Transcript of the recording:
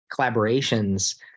collaborations